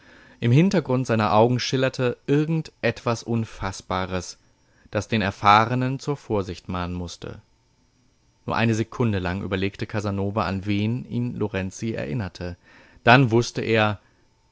im hintergrund seiner augen schillerte irgend etwas unfaßbares das den erfahrenen zur vorsicht mahnen mußte nur eine sekunde lang überlegte casanova an wen ihn lorenzi erinnerte dann wußte er